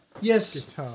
Yes